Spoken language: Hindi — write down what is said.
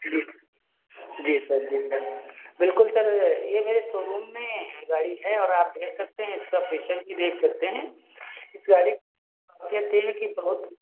जी जी सर जी सर बिल्कुल सर ये मेरे सोरूम में ये गाड़ी है और आप देख सकते हैं इसका भी देख सकते हैं इस गाड़ी की खासियत ये है कि बहुत